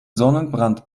sonnenbrand